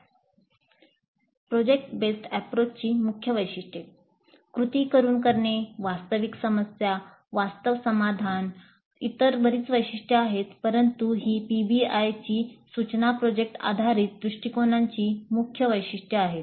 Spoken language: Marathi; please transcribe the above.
प्रकल्प आधारित दृष्टिकोनाची मुख्य वैशिष्ट्ये कृती करुन शिकणे वास्तविक समस्या वास्तव समाधान इतर बरीच वैशिष्ट्ये आहेत परंतु ही पीबीआयचीसूचना प्रकल्प आधारित दृष्टीकोनाची मुख्य वैशिष्ट्ये आहेत